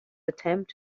attempt